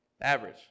average